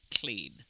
clean